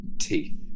teeth